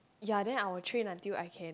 ya then I will train until I can